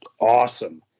awesome